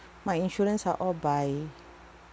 my insurance are all by